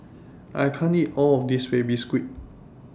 I can't eat All of This Baby Squid